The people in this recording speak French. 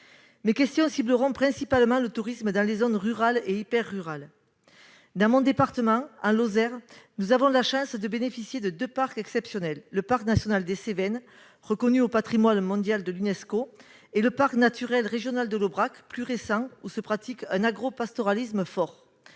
Mes questions cibleront principalement le tourisme dans les zones rurales et hyper-rurales. Dans mon département, en Lozère, nous avons la chance de bénéficier de deux parcs exceptionnels : le parc national des Cévennes, qui appartient au patrimoine mondial de l'Unesco, et le parc naturel régional de l'Aubrac, plus récent, où se pratique un agropastoralisme fort.